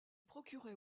procurait